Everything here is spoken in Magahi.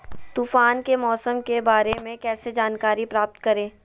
तूफान के मौसम के बारे में कैसे जानकारी प्राप्त करें?